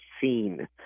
seen